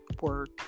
work